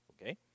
Okay